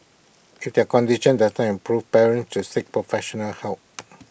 if their condition does not improve parents should seek professional help